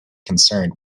concerned